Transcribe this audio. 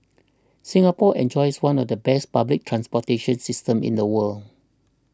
Singapore enjoys one of the best public transportation systems in the world